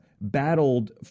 battled